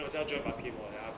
then 我叫他做 basketball then 他